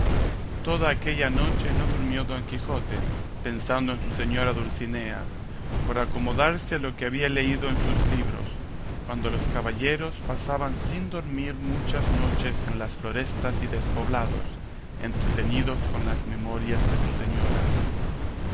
toda aquella noche no durmió don quijote pensando en su señora dulcinea por acomodarse a lo que había leído en sus libros cuando los caballeros pasaban sin dormir muchas noches en las florestas y despoblados entretenidos con las memorias de sus señoras